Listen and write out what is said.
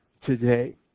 today